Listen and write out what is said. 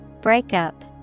Breakup